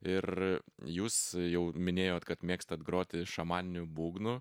ir jūs jau minėjot kad mėgstat groti šamaniniu būgnu